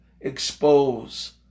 expose